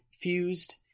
fused